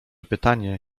pytanie